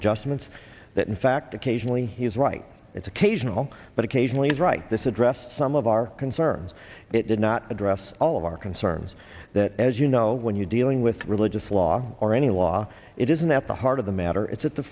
adjustments that in fact occasionally he's right it's occasional but occasionally he's right this addressed some of our concerns it did not address all of our concerns that as you know when you're dealing with religious law or any law it isn't at the heart of the matter it's at the